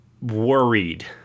worried